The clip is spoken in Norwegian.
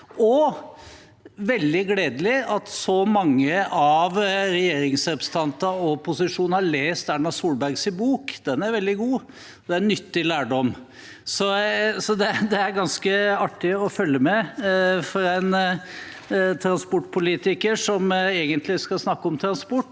er veldig gledelig at så mange representanter for regjering og posisjon har lest Erna Solberg sin bok. Den er veldig god, det er nyttig lærdom. Det er ganske artig å følge med på for en transportpolitiker som egentlig skal snakke om transport,